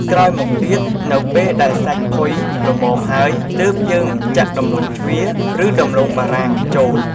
ក្រោយមកទៀតនៅពេលដែលសាច់ផុយល្មមហើយទើបយើងចាក់ដំឡូងជ្វាឬដំឡូងបារាំងចូល។